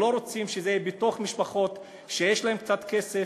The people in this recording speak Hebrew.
לא רוצים שזה יהיה אצל משפחות שיש להן קצת כסף,